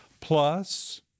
Plus